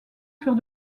furent